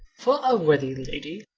for a worthy lady,